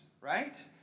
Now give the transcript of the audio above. right